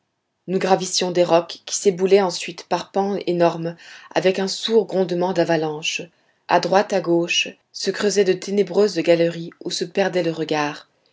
nous gravissions des rocs qui s'éboulaient ensuite par pans énormes avec un sourd grondement d'avalanche a droite à gauche se creusaient de ténébreuses galeries où se perdait le regard